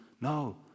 No